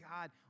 God